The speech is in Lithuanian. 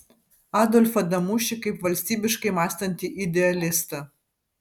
adolfą damušį kaip valstybiškai mąstantį idealistą